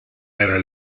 era